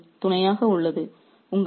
இப்போது அது துணையாக உள்ளது